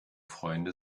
freunde